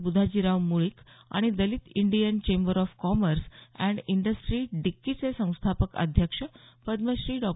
ब्धाजीराव मुळीक आणि Dalit Indian chamber of commerce and industry डिक्कीचे संस्थापक अध्यक्ष पद्मश्री डॉ